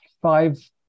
five